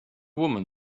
woman